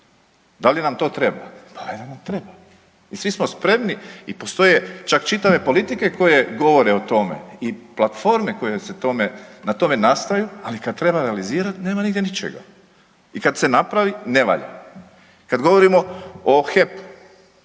Da li nam to treba, pa valjda nam treba i svi smo spremni i postoje čak čitave politike koje govore o tome i platforme koje se tome, na tome nastaju, ali kad treba realizirati nema nigdje ničega i kad se napravi ne valja. Kad govorimo o HEP-u